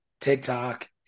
TikTok